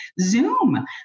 Zoom